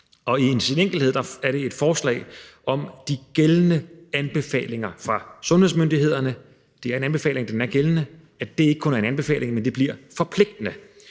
form. I sin enkelthed er det et forslag om de gældende anbefalinger fra sundhedsmyndighederne. Det er en anbefaling – den er gældende – at det ikke kun er en anbefaling, men at det bliver forpligtende.